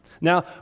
Now